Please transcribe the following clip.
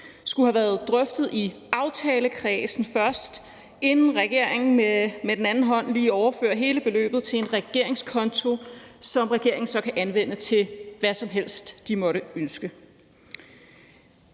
skulle have været drøftet i aftalekredsen først, inden regeringen med den anden hånd lige overførte hele beløbet til en regeringskonto, som regeringen så kan anvende til hvad som helst, de måtte ønske.